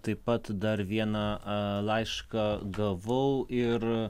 taip pat dar vieną laišką gavau ir